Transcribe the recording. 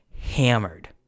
hammered